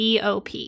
BOP